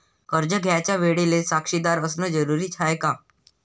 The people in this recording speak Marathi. कर्ज घ्यायच्या वेळेले साक्षीदार असनं जरुरीच हाय का?